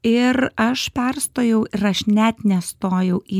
ir aš perstojau ir aš net nestojau į